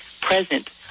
present